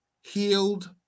Healed